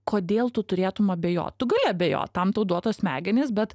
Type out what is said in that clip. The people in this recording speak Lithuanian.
kodėl tu turėtum abejot tu gali abejot tam tau duotos smegenys bet